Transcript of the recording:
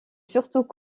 surtout